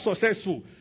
successful